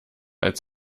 als